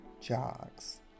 jogs